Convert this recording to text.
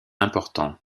important